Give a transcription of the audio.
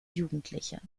jugendlicher